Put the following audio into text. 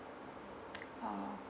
oh